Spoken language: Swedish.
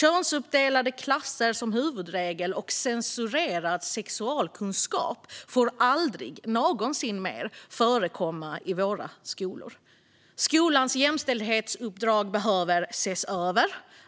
Könsuppdelade klasser som huvudregel och censurerad sexualkunskap får aldrig någonsin mer förekomma i våra skolor. Skolans jämställdhetsuppdrag behöver ses över